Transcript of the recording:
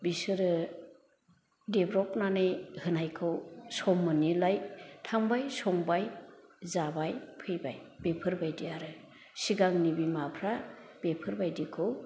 बिसोरो देब्रबनानै होनायखौ सम मोनिलाय थांबाय संबाय जाबाय फैबाय बेफोरबायदि आरो सिगांनि बिमाफ्रा बेफोर बायदिखौ